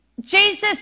Jesus